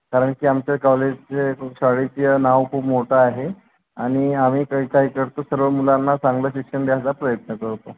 कारण की आमचं कॉलेज जे शाळेचं नाव खूप मोठं आहे आणि आम्ही काय करतो सर्व मुलांना चांगलं शिक्षण देण्याचा प्रयत्न करतो